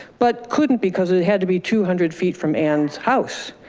but couldn't because it had to be two hundred feet from anne's house.